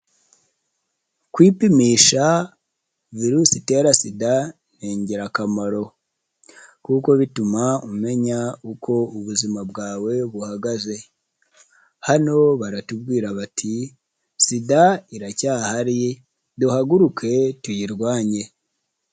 Kwipimisha virusi itera sida ni ingirakamaro, kuko bituma umenya uko ubuzima bwawe buhagaze, hano baratubwira bati sida iracyahari duhaguruke tuyirwanye.